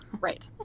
Right